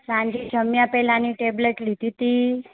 સાંજે જમ્યા પહેલાંની ટેબ્લેટ લીધી હતી